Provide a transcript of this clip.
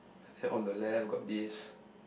ah on the left got this